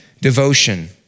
devotion